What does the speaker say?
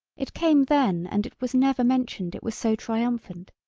it came then and it was never mentioned it was so triumphant,